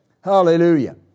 Hallelujah